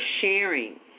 sharing